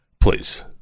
Please